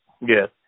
Yes